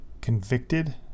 convicted